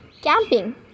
camping